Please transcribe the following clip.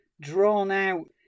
drawn-out